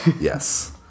Yes